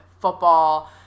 football